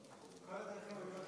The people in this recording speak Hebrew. בבקשה.